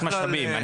מבחינת משאבים.